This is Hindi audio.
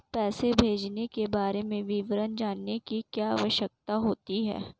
पैसे भेजने के बारे में विवरण जानने की क्या आवश्यकता होती है?